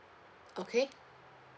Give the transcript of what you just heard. okay